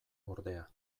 ordea